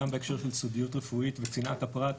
גם בהקשר של סודיות רפואית וצנעת הפרט.